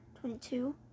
twenty-two